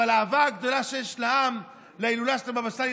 האהבה הגדולה שיש לעם להילולה של הבבא סאלי,